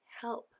help